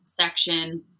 section